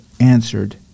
answered